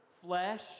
flesh